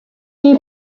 two